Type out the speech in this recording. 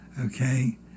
okay